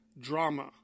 drama